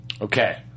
okay